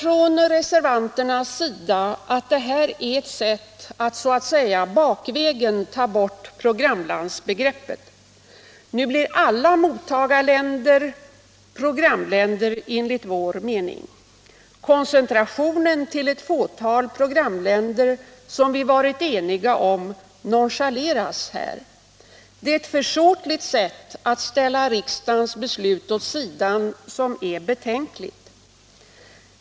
Reservanterna menar att detta är att så att säga att bakvägen ta bort programlandsbegreppet. Nu blir alla mottagarländer programländer i vår mening. Koncentrationen till ett fåtal programländer, som vi varit eniga om, nonchaleras. Det är ett försåtligt sätt att ställa riksdagens beslut åt sidan som är betänkligt.